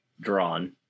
drawn